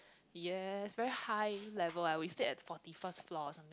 yes very high level we stayed at forty first floor